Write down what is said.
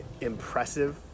impressive